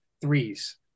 threes